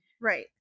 Right